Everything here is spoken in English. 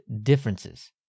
differences